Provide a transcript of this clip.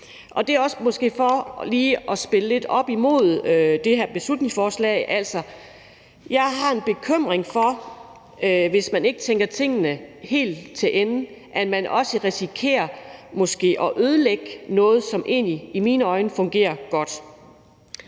siger jeg også for lige at spille det lidt op imod det her beslutningsforslag. Altså, jeg har en bekymring for, at man, hvis man ikke tænker tingene helt til ende, risikerer at ødelægge noget, som egentlig i mine øjne fungerer godt.